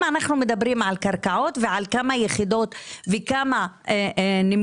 אם אנחנו מדברים על קרקעות ועל כמה יחידות וכמה נמכרו,